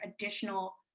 additional